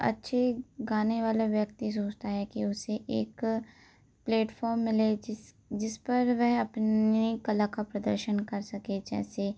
अच्छी गाने वाला व्यक्ति सोचता है कि उसे एक प्लेटफ़ोर्म मिले जिस जिस पर वह अपने कला का प्रदर्शन कर सके जैसे